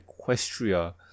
Equestria